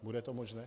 Bude to možné?